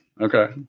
Okay